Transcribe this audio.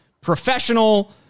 professional